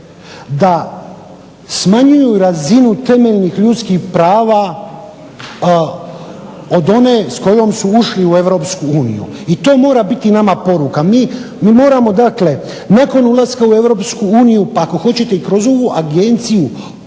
da smanjuju razinu temeljnih ljudskih prava od one s kojom su ušli u EU. I to mora biti nama poruka. Mi moramo dakle nakon ulaska u EU pa ako hoćete i kroz ovu Agenciju